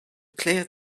clear